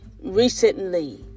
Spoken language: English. Recently